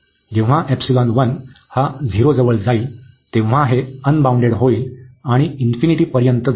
जेव्हा हा झिरोजवळ जाईल तेव्हा हे अनबाउंडेड होईल आणि इन्फिनिटी पर्यंत जाईल